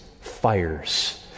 fires